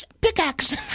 pickaxe